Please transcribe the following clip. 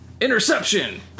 Interception